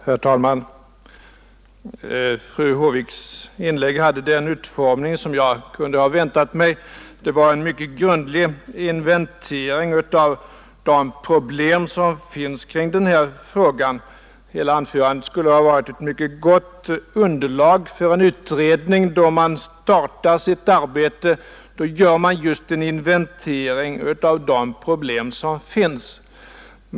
Herr talman! Fru Håviks inlägg hade den utformning jag kunde ha väntat mig. Det var en mycket grundlig inventering av de problem som finns kring denna fråga; hela anförandet skulle ha kunnat utgöra ett gott underlag för en utredning. Då man startar sitt arbete gör man just en inventering av de problem som finns.